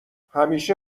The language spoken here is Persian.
همیشه